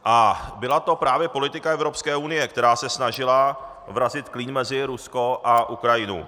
A byla to právě politika Evropské unie, která se snažila vrazit klín mezi Rusko a Ukrajinu.